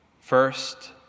First